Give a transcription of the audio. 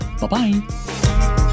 Bye-bye